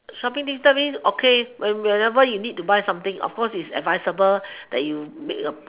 shopping tips that means okay when whenever you need to buy something of course it's advisable that you make a